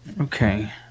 Okay